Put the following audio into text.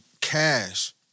cash